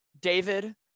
David